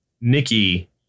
Nikki